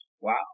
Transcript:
Wow